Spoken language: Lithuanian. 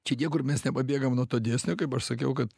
čia niekur mes nepabėgam nuo to dėsnio kaip aš sakiau kad